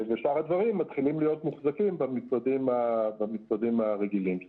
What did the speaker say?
ושאר שהדברים מתחילים להיות מוחזקים במשרדים הרגילים שלהם.